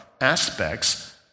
aspects